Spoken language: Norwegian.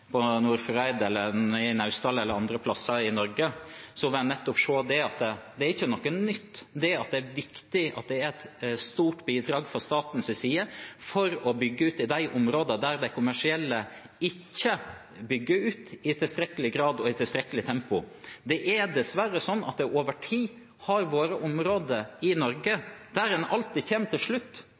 i Naustdal eller andre steder i Norge, vil en se at det ikke er noe nytt at det er viktig at en fra statens side bidrar sterkt til å bygge ut i de områdene der de kommersielle ikke bygger ut i tilstrekkelig grad og tempo. Det er dessverre sånn at det over tid har vært områder i Norge der en alltid kommer til slutt,